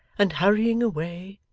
and hurrying away,